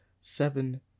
seven